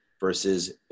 versus